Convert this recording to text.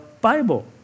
Bible